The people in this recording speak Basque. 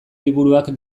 liburuak